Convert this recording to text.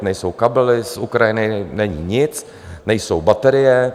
Nejsou kabely z Ukrajiny, není nic, nejsou baterie.